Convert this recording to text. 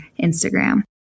Instagram